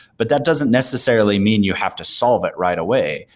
but that doesn't necessarily mean you have to solve it right away.